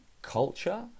Culture